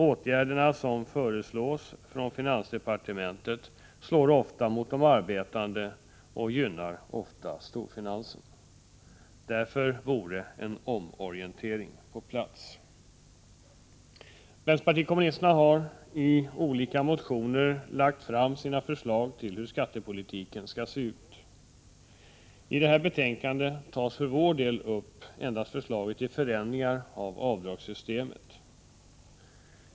Åtgärderna som föreslås från finansdepartementet slår ofta mot de arbetande och gynnar vanligtvis storfinansen. Därför vore en omorientering på sin plats. Vänsterpartiet kommunisterna har i olika motioner lagt fram sina förslag till hur skattepolitiken skall se ut. I detta betänkande tas för vår del endast upp förslaget till förändringar av avdragssystemet.